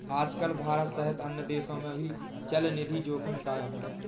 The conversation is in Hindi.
आजकल भारत सहित अन्य देशों में भी चलनिधि जोखिम कायम है